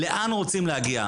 לאן רוצים להגיע?